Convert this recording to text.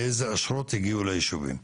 אילו אשרות הגיעו לישובים?